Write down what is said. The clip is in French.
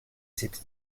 cette